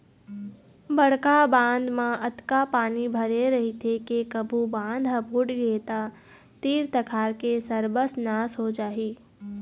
बड़का बांध म अतका पानी भरे रहिथे के कभू बांध ह फूटगे त तीर तखार के सरबस नाश हो जाही